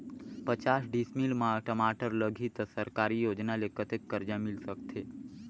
पचास डिसमिल मा टमाटर लगही त सरकारी योजना ले कतेक कर्जा मिल सकथे?